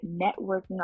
networking